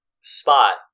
Spot